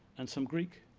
and some greek,